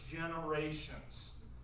generations